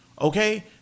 okay